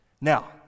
Now